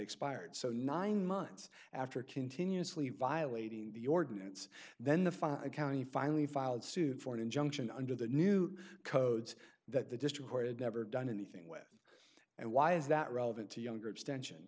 expired so nine months after continuously violating the ordinance then the five county finally filed suit for an injunction under the new codes that the district court had never done anything with and why is that relevant to younger absten